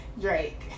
Drake